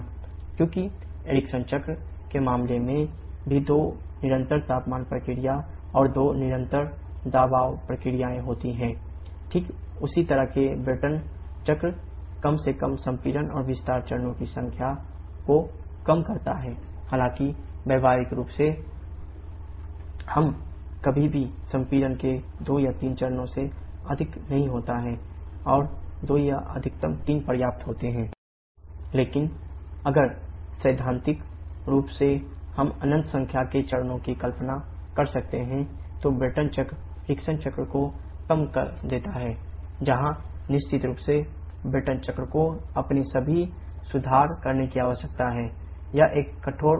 क्योंकि एरिक्सन भी है